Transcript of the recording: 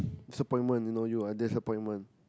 disappointment you know you are disappointment